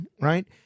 right